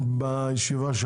הם בישיבה.